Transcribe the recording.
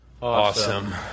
Awesome